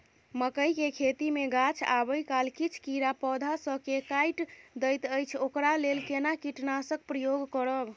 मकई के खेती मे गाछ आबै काल किछ कीरा पौधा स के काइट दैत अछि ओकरा लेल केना कीटनासक प्रयोग करब?